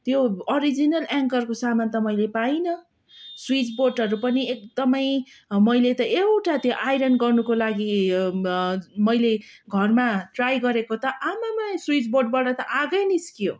त्यो अरिजिनल एङ्करको सामान त मैले पाइनँ स्विच बोर्डहरू पनि एकदमै मैले त एउटा त्यो आइरन गर्नुको लागि मैले घरमा ट्राई गरेको ता आम्मामा स्विच बोर्डबाट त आगै निस्क्यो